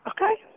Okay